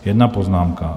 Jedna poznámka.